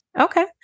Okay